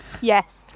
Yes